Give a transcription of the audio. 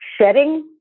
shedding